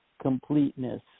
completeness